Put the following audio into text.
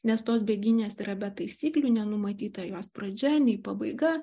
nes tos bėgynės yra be taisyklių nenumatyta jos pradžia nei pabaiga